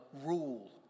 rule